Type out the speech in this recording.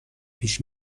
پیش